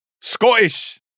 Scottish